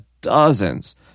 dozens